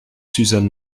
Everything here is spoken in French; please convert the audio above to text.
suzanne